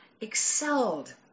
excelled